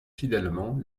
fidèlement